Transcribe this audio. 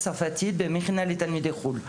במכינה לתלמידי חו"ל,